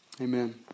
Amen